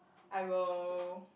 I will